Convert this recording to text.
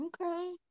Okay